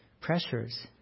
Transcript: pressures